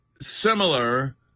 similar